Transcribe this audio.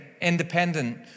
independent